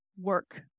work